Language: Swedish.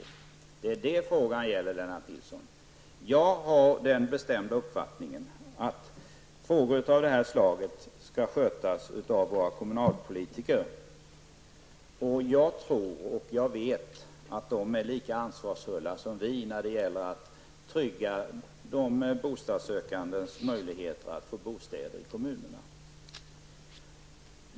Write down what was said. Det är det frågan gäller, Lennart Jag har den bestämda uppfattningen att frågor av detta slag skall skötas av våra kommunalpolitiker. Jag tror och jag vet att de är lika ansvarsfulla som vi när det gäller att trygga de bostadssökandes möjligheter att få bostäder i kommunerna.